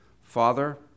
Father